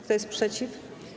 Kto jest przeciw?